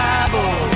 Bible